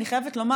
אני חייבת לומר,